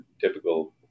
typical